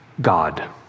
God